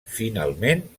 finalment